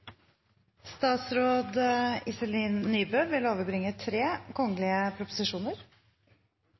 Statsråd Iselin Nybø vil overbringe